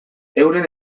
euren